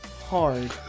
hard